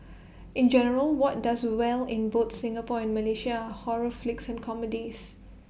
in general what does well in both Singapore and Malaysia are horror flicks and comedies